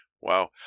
Wow